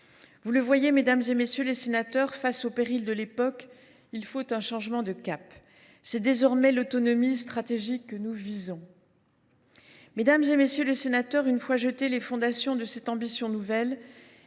Vous le voyez, mesdames, messieurs les sénateurs, face aux périls de l’époque, il faut un changement de cap. C’est désormais l’autonomie stratégique que nous visons. Mesdames, messieurs les sénateurs, une fois jetées les fondations de cette ambition nouvelle,